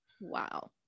Wow